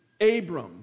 Abram